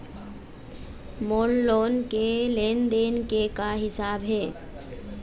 मोर loan के लेन देन के का हिसाब हे?